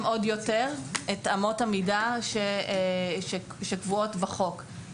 עוד יותר את אמות המידה שקבועות בחוק.